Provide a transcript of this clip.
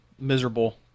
miserable